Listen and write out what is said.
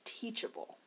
teachable